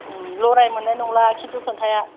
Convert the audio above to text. लरायनो माननाय नंला खिनतु खोथाया